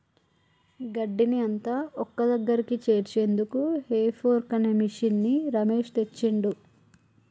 గడ్డిని అంత ఒక్కదగ్గరికి చేర్చేందుకు హే ఫోర్క్ అనే మిషిన్ని రమేష్ తెచ్చిండు